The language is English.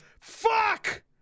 Fuck